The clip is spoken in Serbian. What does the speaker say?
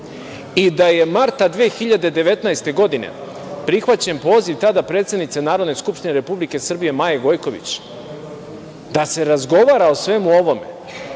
i da je marta 2019. godine prihvaćen poziv, tada predsednice Narodne skupštine Republike Srbije Maje Gojković, da se razgovara o svemu ovome